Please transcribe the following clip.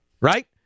right